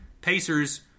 Pacers